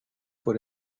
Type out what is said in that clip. vor